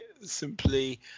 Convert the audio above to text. simply